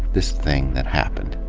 this thing that happened.